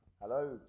Hello